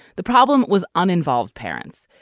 the problem was uninvolved parents.